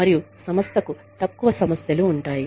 మరియు సంస్థకు తక్కువ సమస్యలు ఉంటాయి